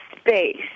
space